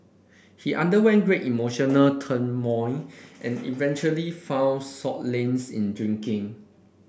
he underwent great emotional turmoil and eventually found solace in drinking